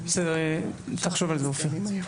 תחשוב על זה, אופיר.